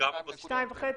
2.5 מיליון.